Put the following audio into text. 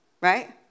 Right